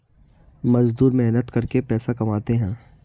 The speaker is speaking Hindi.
मजदूर मेहनत करके पैसा कमाते है